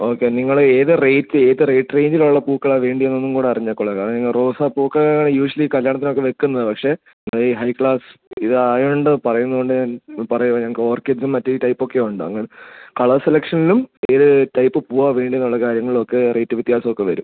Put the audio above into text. okay നിങ്ങൾ ഏത് rate ഏത് റേറ്റ് റേഞ്ചിലുള്ള പൂക്കളാണ് വേണ്ടിയതെന്നൊന്നും കൂടെ അറിഞ്ഞാൽ കൊള്ളാമായിരുന്നു കാരണം ഞങ്ങൾ റോസാപ്പൂക്കൾ യൂഷ്വലി കല്ല്യാണത്തിനൊക്കെ വെക്കുന്നത് പക്ഷേ നിങ്ങൾ ഈ ഹൈ ക്ലാസ്സ് ഇതായതുകൊണ്ട് പറയുന്നതുകൊണ്ട് ഞാൻ പറയുകയാണ് ഞങ്ങൾക്ക് ഓർക്കിഡ്സും മറ്റേ ടൈപ്പൊക്കെ ഉണ്ടങ്ങനെ കളർ സെലക്ഷനിലും ഏത് ടൈപ്പ് പൂവാണ് വേണ്ടതെന്നുള്ള കാര്യങ്ങളൊക്കെ റേറ്റ് വ്യത്യാസം ഒക്കെ വരും